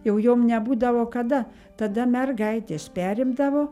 jau jom nebūdavo kada tada mergaitės perimdavo